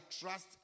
trust